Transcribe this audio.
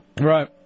Right